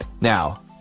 Now